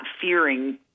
fearing